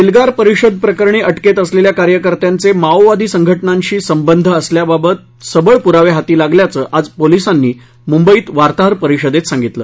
एल्गार परिषद प्रकरणी अटकेत असलेल्या कार्यकर्त्यांचे माओवादी संघटनांशी संबंध असल्याबाबत सबळ पुरावे हाती लागल्याचं आज पोलिसांनी मुंबईत वार्ताहर परिषदेत सांगितलं